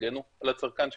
תגנו על הצרכן שלכם.